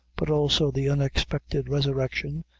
but also the unexpected resurrection,